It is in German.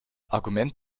argument